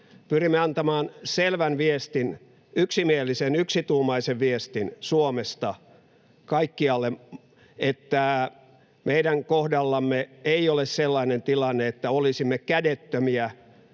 Pyrimme antamaan selvän viestin, yksimielisen, yksituumaisen viestin Suomesta kaikkialle, että meidän kohdallamme ei ole sellainen tilanne, että olisimme kädettömiä,